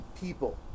people